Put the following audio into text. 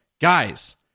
guys